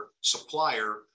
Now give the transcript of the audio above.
supplier